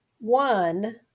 One